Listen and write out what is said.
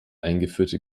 eingeführte